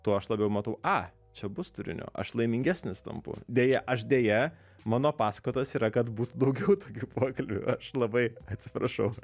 tuo aš labiau matau a čia bus turinio aš laimingesnis tampu deja aš deja mano paskatos yra kad būtų daugiau tokių pokalbių aš labai atsiprašau